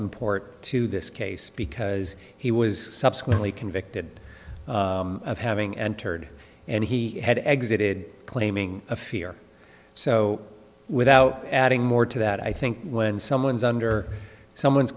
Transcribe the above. import to this case because he was subsequently convicted of having entered and he had exited claiming a fear so without adding more to that i think when someone is under someone's